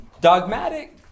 Dogmatic